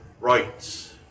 rights